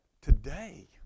today